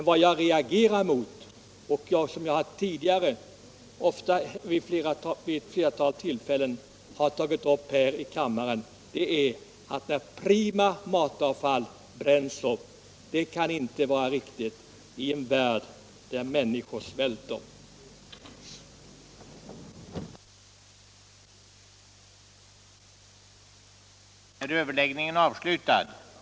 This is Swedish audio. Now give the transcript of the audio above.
Vad jag reagerar mot — och det har jag tidigare vid ett flertal tillfällen tagit upp här i kammaren — är att prima matavfall bränns upp. Detta kan inte vara riktigt handlat i en värld där människor svälter. den det ej vill röstar nej.